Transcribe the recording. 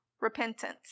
repentance